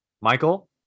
Michael